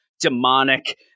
demonic